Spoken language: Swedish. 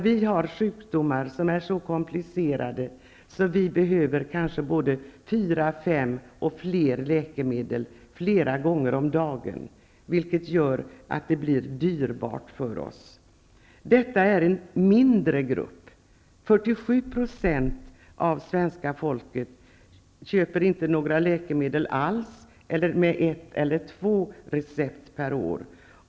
Vi har sjukdomar som är så komplicerade att vi kanske behöver fyra, fem eller fler läkemedel flera gånger om dagen, vilket gör att det blir dyrbart för oss.'' Detta är en mindre grupp. 47 % av svenska folket köper inte några läkemedel alls -- eller med ett eller två recept per år.